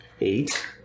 Eight